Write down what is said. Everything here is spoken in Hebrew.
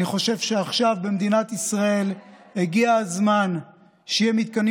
אני חושב שעכשיו במדינת ישראל הגיע הזמן שיהיו מתקנים